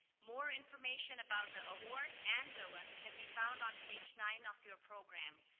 more information about the award and dylan can be found on page nine of your program.